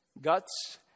Guts